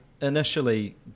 initially